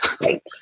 Right